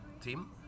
team